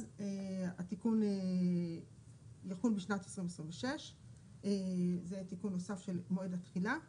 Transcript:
אז התיקון יחול בשנת 2026. זה תיקון נוסף של מועד התחילה ,